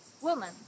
woman